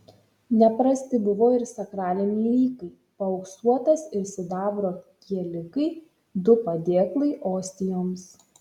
neprasti buvo ir sakraliniai rykai paauksuotas ir sidabro kielikai du padėklai ostijoms